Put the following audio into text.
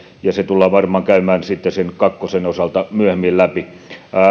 ja se tullaan varmaan käymään sitten sen kakkosen osalta myöhemmin läpi